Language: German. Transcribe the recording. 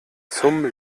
zum